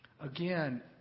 Again